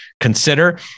consider